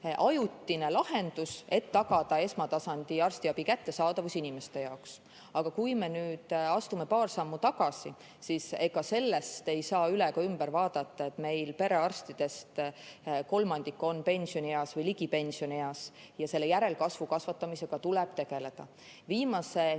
ajutine lahendus, et tagada esmatasandi arstiabi kättesaadavus inimeste jaoks. Aga kui me nüüd astume paar sammu tagasi, siis ega sellest ei saa üle ega ümber, et meil perearstidest kolmandik on pensionieas või selle ligidal. Järelkasvu kasvatamisega tuleb tegeleda. Viimase